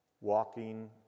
walking